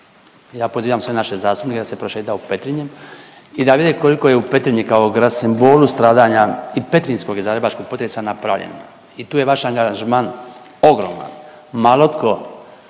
ja pozivam sve naše zastupnike da se prošetaju Petrinjom i da vide koliko je u Petrinju kao grad simbolu stradanja i petrinjskog i zagrebačkog potresa napravljeno i tu je vaš angažman ogroman.